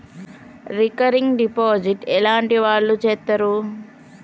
Recurring deposit ఎట్లాంటి వాళ్లు చేత్తరు?